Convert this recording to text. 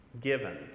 given